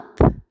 up